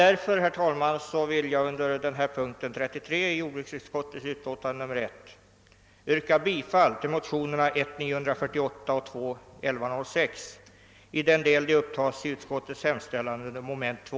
Därför, herr talman, vill jag under punkten 33 i jordbruksutskottets utlåtande nr 1 yrka bifall till motionerna I: 948 och II: 1106 i den del de upptas i utskottets hemställan under moment 2b.